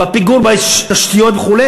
בפיגור בתשתיות וכו',